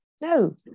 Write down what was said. No